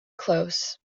close